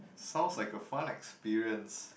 sounds like a fun experience